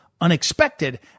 unexpected